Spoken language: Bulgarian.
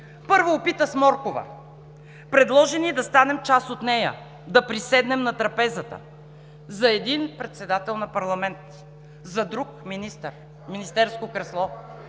Първо опита с моркова – предложи ни да станем част от нея, да приседнем на трапезата: за един – председател на парламент; за друг – министър, министерско кресло.